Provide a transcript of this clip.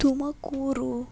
Tumakuru